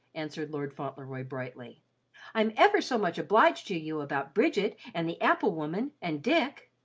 answered lord fauntleroy brightly i'm ever so much obliged to you about bridget, and the apple-woman, and dick.